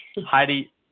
Heidi